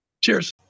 cheers